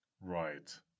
Right